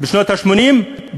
בשנות ה-80,